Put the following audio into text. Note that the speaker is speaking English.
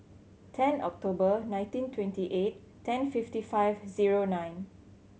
ten October nineteen twenty eight ten fifty five zero nine